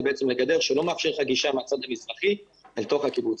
לגדר שלא מאפשרת גישה מהצד המזרחי אל תוך הקיבוץ.